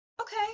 Okay